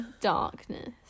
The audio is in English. darkness